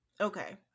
Okay